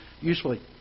usefully